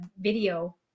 video